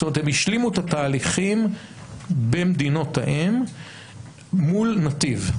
זאת אומרת הם השלימו את התהליכים במדינות האם מול נתיב.